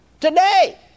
today